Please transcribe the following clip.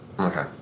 Okay